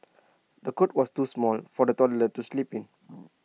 the cot was too small for the toddler to sleep in